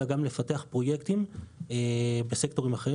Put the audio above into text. אלא גם לפתח פרויקטים בסקטורים אחרים